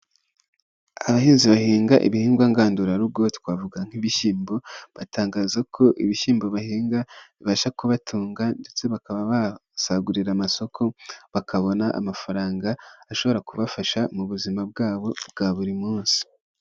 Abahinzi bahinga ibihingwa ngandurarugo twavuga nk'ibishyimbo, batangaza ko ibishyimbo bahinga bibasha kubatunga ndetse bakaba basagurira amasoko bakabona amafaranga ashobora kubafasha mu buzima bwabo bwa buri munsi.